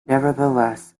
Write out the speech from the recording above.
nevertheless